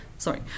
Sorry